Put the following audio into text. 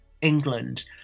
England